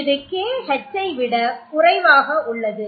இது KH ஐ விட குறைவாக உள்ளது